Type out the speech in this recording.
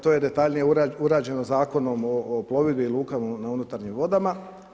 To je detaljnije urađeno Zakonom o plovidbi i lukama na unutarnjim vodama.